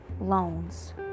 loans